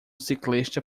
ciclista